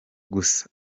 gusa